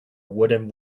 wooden